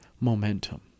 momentum